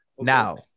Now